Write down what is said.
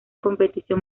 competición